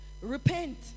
Repent